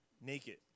naked